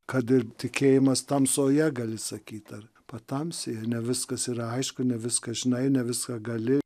kad ir tikėjimas tamsoje gali sakyt ar patamsyje ne viskas yra aišku ne viską žinai ne viską gali